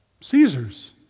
Caesar's